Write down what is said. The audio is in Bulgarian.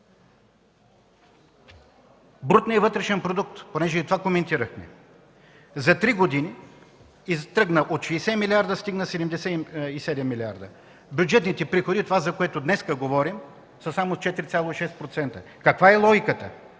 Брутният вътрешен продукт – понеже коментирахме и това, за три години тръгна от 60 милиарда и стигна 77. Бюджетните приходи – това, за което днес говорим, са само 4,6%. Каква е логиката?